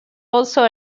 also